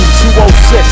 206